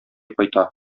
кайта